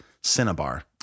cinnabar